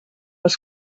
els